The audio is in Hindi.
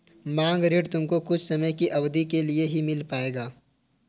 मांग ऋण तुमको कुछ समय की अवधी के लिए ही मिल पाएगा